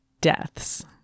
deaths